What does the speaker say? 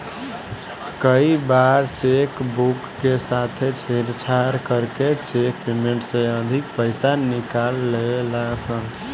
कई बार cheque book के साथे छेड़छाड़ करके चेक पेमेंट से अधिका पईसा निकाल लेवे ला सन